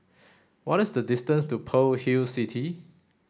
what is the distance to Pearl Hill City